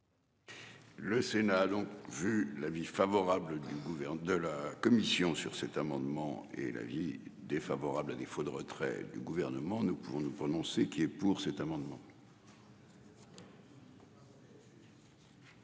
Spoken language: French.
Le Sénat a donc vu l'avis favorable du gouverneur de la commission sur cet amendement est l'avis défavorable à défaut de retrait du gouvernement ne pouvons nous prononcer qui est pour cet amendement.